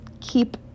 keep